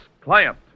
Client